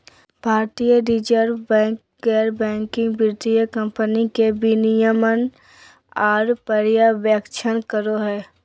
भारतीय Reserve Bank गैर banking वित्तीय कम्पनी के विनियमन आर पर्यवेक्षण करो हय